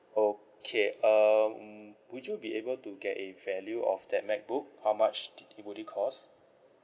okay um would you be able to get a value of that MacBook how much will it cost